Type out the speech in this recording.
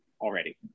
already